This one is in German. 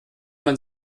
man